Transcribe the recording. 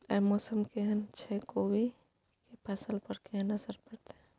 आय मौसम केहन छै कोबी के फसल पर केहन असर परतै?